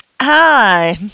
Hi